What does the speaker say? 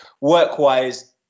work-wise